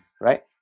right